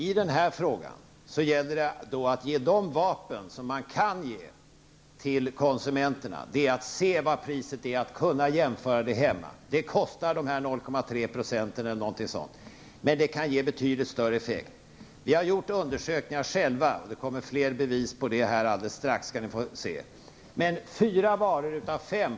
I den här frågan gäller det att ge konsumenterna de vapen man kan ge dem: att se vad priset är, att hemma kunna jämföra priserna. Det kostar 0,3 % eller någonting sådant, men det kan ge betydligt större effekt. Vi har själva gjort undersökningar -- det kommer ni alldeles strax att få se flera bevis på.